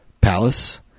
Palace